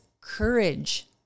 courage